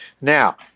now